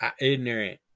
Ignorant